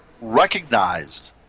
recognized